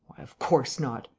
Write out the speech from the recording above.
of course not!